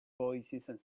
voicesand